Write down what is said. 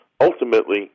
ultimately